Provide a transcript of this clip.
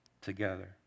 together